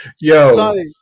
Yo